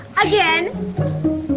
Again